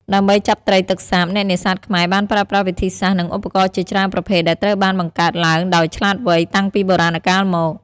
ដើម្បីចាប់ត្រីទឹកសាប អ្នកនេសាទខ្មែរបានប្រើប្រាស់វិធីសាស្ត្រ និងឧបករណ៍ជាច្រើនប្រភេទដែលត្រូវបានបង្កើតឡើងដោយឆ្លាតវៃតាំងពីបុរាណកាលមក។